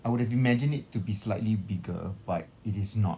I would have imagined it to be slightly bigger but it is not